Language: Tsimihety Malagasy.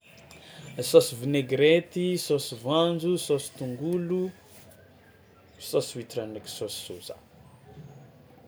Saosy vinaigrety, saosy voanjo, saosy tongolo, saosy huitre ndraiky saosy soja.